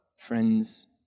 Friends